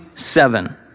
seven